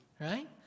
right